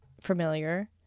familiar